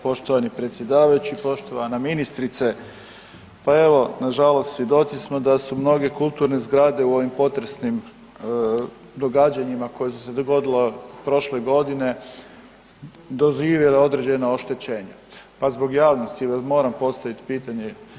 Poštovani predsjedavajući, poštovana ministrice, pa evo na žalost svjedoci smo da su mnoge kulturne zgrade u ovim potresnim događanjima koji su se dogodili prošle godine doživjela određena oštećenja, pa zbog javnosti moram postaviti pitanje.